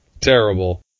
terrible